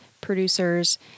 producers